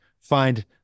find